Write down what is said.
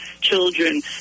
children